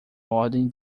ordem